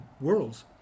world's